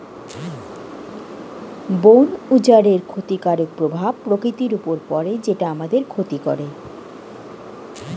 বন উজাড়ের ক্ষতিকারক প্রভাব প্রকৃতির উপর পড়ে যেটা আমাদের ক্ষতি করে